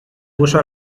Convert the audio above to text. puso